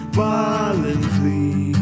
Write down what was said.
violently